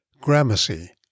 Gramercy